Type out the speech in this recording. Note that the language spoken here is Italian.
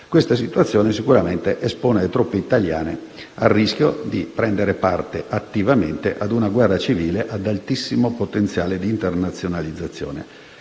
la situazione espone sicuramente le truppe italiane al rischio di prendere parte attivamente a una guerra civile ad altissimo potenziale di internazionalizzazione.